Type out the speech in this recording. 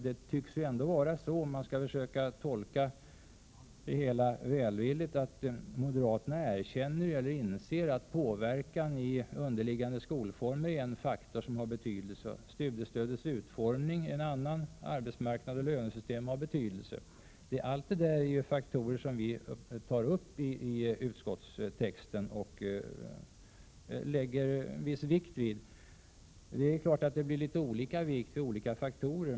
Det tycks ändå vara så, om man skall försöka tolka det hela välvilligt, att moderaterna inser att påverkan i underliggande skolformer är en faktor som har betydelse, att studiestödets utformning är en annan, liksom att arbetsmarknad och lönesystem har betydelse. Allt det där är faktorer som vi lägger vikt vid i utskottstexten. Det är klart att det blir litet olika vikt för olika faktorer.